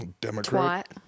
Democrat